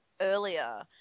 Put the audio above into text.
earlier